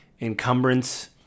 encumbrance